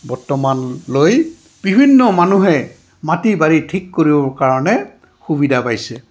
বৰ্তমানলৈ বিভিন্ন মানুহে মাটি বাৰী ঠিক কৰিব কাৰণে সুবিধা পাইছে